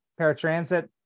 paratransit